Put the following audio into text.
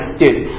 dude